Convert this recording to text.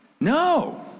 No